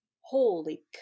holy